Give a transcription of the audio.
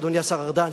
אדוני השר ארדן,